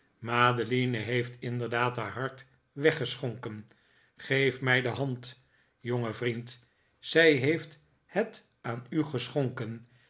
madeline heeft inderdaad haar hart weggeschonken geef mij de hand jonge vriend zij heeft het aan u geschonken